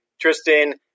Tristan